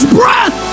breath